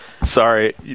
Sorry